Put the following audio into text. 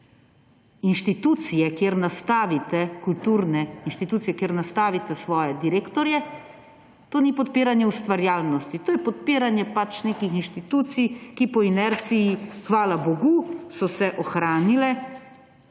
Inštitucije, kjer nastavite svoje direktorje ‒ to ni podpiranje ustvarjalnosti, to je podpiranje nekih inštitucij, ki po inerciji, hvala bogu, so se ohranile.